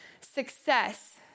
Success